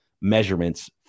measurements